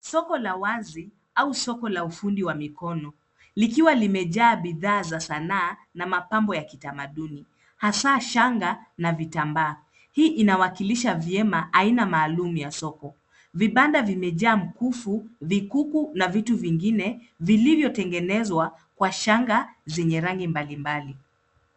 Soko la wazi au soko la ufundi wa mikono, likiwa limejaa bidhaa za sanaa na mapambo ya kitamaduni hasaa shanga na vitambaa. Hii inawakilisha vyema aina maalum wa soko. Vibanda vimejaa mkufu, vikuku na vitu vingine vilivyotengenezwa kwa shanga zenye rangi mbalimbali.